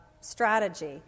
strategy